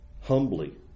humbly